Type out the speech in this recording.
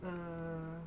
err